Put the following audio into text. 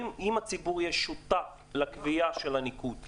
אם הציבור יהיה שותף לקביעה של הניקוד,